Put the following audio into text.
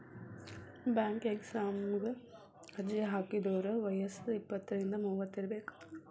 bank ಎಕ್ಸಾಮಗ ಅರ್ಜಿ ಹಾಕಿದೋರ್ ವಯ್ಯಸ್ ಇಪ್ಪತ್ರಿಂದ ಮೂವತ್ ಇರಬೆಕ್